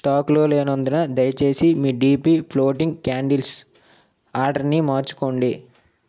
స్టాకులో లేనందున దయచేసి మీ డిపి ఫ్లోటింగ్ క్యాండిల్స్ ఆర్డర్ని మార్చుకోండి